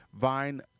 Vine